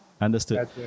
Understood